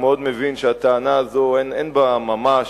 הוא מאוד מבין שהטענה הזאת אין בה ממש.